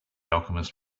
alchemist